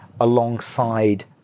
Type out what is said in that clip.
alongside